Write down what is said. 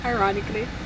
Ironically